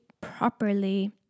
properly